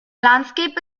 landscape